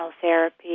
therapy